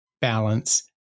balance